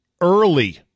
early